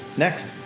Next